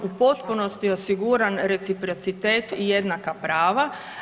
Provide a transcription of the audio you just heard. U potpunosti osiguran reciprocitet i jednaka prava.